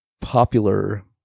popular